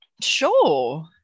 sure